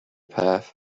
path